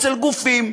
אצל גופים,